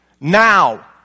now